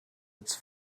its